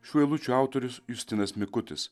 šių eilučių autorius justinas mikutis